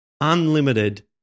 unlimited